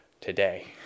today